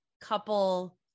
couple